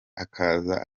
akaza